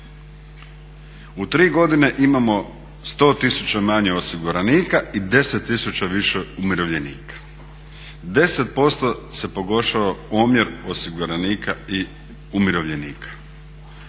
U tri godine imamo 100 tisuća manje osiguranika i 10 tisuća više umirovljenika. 10% se pogoršao omjer osiguranika i umirovljenika.